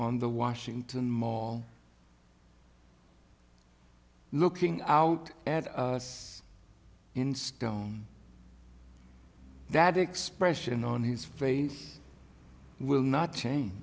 on the washington mall looking out at in stone that expression on his face will not change